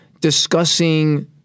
discussing